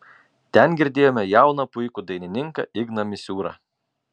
ten girdėjome jauną puikų dainininką igną misiūrą